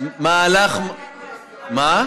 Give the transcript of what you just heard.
למה לא נרתמתם לערוץ 9, מה?